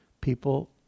People